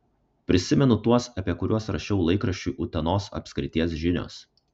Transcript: prisimenu tuos apie kuriuos rašiau laikraščiui utenos apskrities žinios